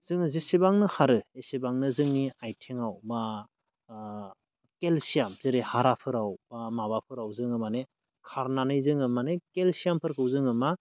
जोङो जेसेबांनो खारो एसेबांनो जोंनि आथिङाव बा केलसियाम जेरै हाराफोराव माबाफोराव जोङो माने खारनानै जोङो माने केलसियामफोरखौ जोङो मा